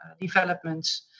developments